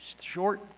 short